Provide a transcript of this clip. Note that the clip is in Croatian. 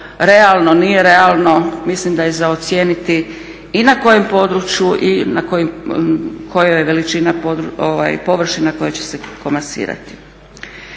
realno, nije realno. Mislim da je za ocijeniti i na kojem području i koja je veličina površina koja će se komasirati.